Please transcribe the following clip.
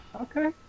Okay